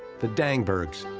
the dangbergs.